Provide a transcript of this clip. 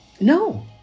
No